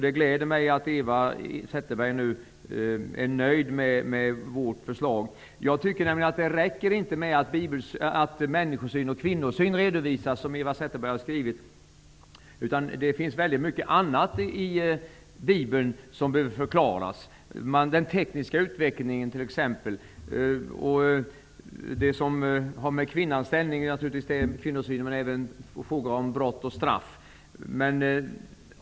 Det gläder mig att Eva Zetterberg nu är nöjd med vårt förslag. Jag tycker inte att det räcker med att man redovisar människooch kvinnosyn, som Eva Zetterberg har skrivit. Det finns mycket annat i Bibeln som behöver förklaras. Det gäller t.ex. den tekniska utvecklingen. Det gäller naturligtvis kvinnosynen men även frågor om brott och straff.